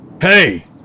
Hey